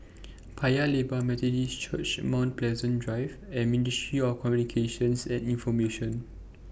Paya Lebar Methodist Church Mount Pleasant Drive and Ministry of Communications and Information